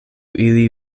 ili